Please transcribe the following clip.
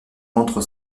rendre